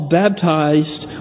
baptized